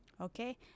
okay